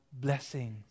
blessings